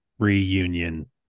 reunion